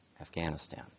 Afghanistan